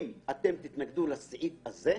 אם אתם תתנגדו לסעיף זה,